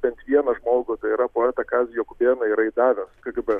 bent vieną žmogų tai yra poetą kazį jakubėną yra įdavęs kgb